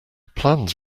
plans